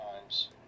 times